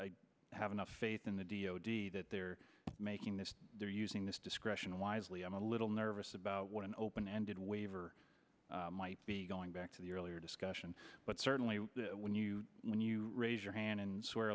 i have enough faith in the d o d that they're making this they're using this discretion wisely i'm a little nervous about what an open ended waiver might be going back to the earlier discussion but certainly when you when you raise your hand and swear